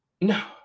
No